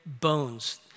bones